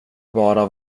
bara